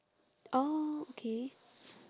orh okay